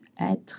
Être